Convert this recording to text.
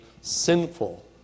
sinful